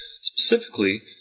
Specifically